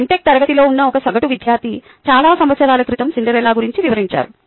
tech తరగతిలో ఉన్న ఒక సగటు విద్యార్థి చాలా సంవత్సరాల క్రితం సిండ్రెల్లా గురించి వివరించారు